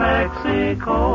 Mexico